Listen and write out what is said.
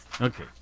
Okay